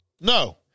no